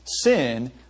sin